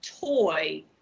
toy